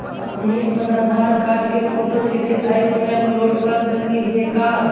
हमनी अप्पन आधार कार्ड के फोटो सीधे ऐप में अपलोड कर सकली हे का?